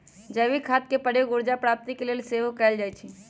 जैविक खाद के प्रयोग ऊर्जा प्राप्ति के लेल सेहो कएल जाइ छइ